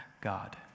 God